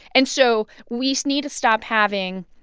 and so we need to stop having